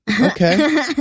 Okay